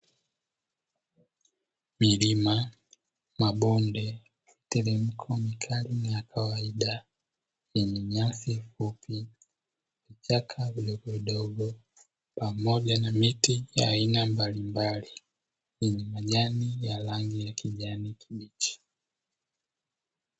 Milima, mabonde, miteremko mikali na ya kawaida yenye nyasi fupi, vichaka vidogovidogo pamoja na miti ya aina mbalimbali yenye majani ya rangi ya kijani kibichi.